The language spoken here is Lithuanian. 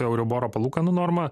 euriboro palūkanų norma